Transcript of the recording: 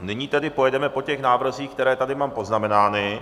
Nyní tedy pojedeme po těch návrzích, které tady mám poznamenány.